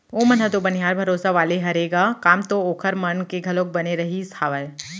ओमन ह तो बनिहार भरोसा वाले हरे ग काम तो ओखर मन के घलोक बने रहिस हावय